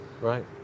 Right